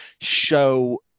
show